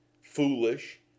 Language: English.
foolish